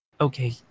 Okay